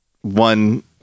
one